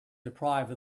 deprived